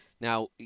Now